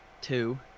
Two